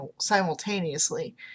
simultaneously